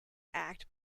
act